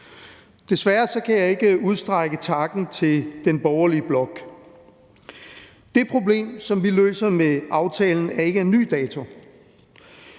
Desværre kan jeg ikke udstrække takken til den borgerlige blok. Det problem, som vi løser med aftalen, er ikke af ny dato.